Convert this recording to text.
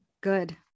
Good